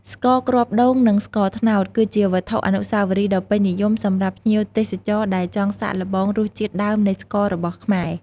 ស្ករគ្រាប់ដូង និងស្ករត្នោត គឺជាវត្ថុអនុស្សាវរីយ៍ដ៏ពេញនិយមសម្រាប់ភ្ញៀវទេសចរ ដែលចង់សាកល្បងរសជាតិដើមនៃស្កររបស់ខ្មែរ។